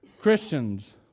Christians